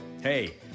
hey